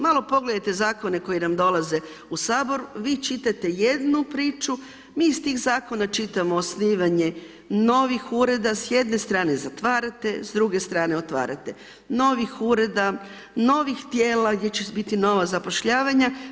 Malo pogledajte zakone koji nam dolaze u Sabor, vi čitate jednu priču, mi iz tih zakona čitamo osnivanje novih ureda, s jedne strane zatvarate, s druge strane otvarate, novih ureda, novih tijela gdje će biti nova zapošljavanja.